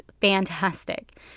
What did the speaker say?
fantastic